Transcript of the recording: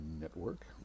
Network